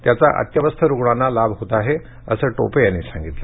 याचा अत्यवस्थ रुग्णांना लाभ होत आहे असं टोपे यांनी सांगितलं